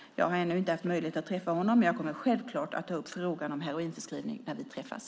Jag har ännu inte haft möjlighet att träffa honom, men jag kommer självklart att ta upp frågan om heroinförskrivning när vi träffas.